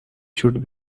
should